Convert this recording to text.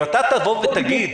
אם אתה תבוא ותגיד